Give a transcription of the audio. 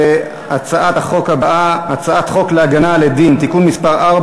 בעד הצעת החוק לתיקון פקודת בתי-הסוהר (הכנסת חפץ אסור בנסיבות